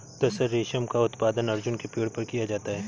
तसर रेशम का उत्पादन अर्जुन के पेड़ पर किया जाता है